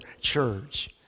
church